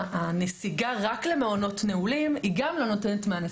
הנסיגה רק למעונות נעולים גם לא נותנת מענה.